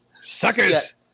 suckers